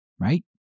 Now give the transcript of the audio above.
right